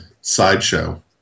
sideshow